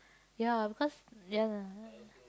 ya because ya